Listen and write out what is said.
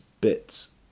bits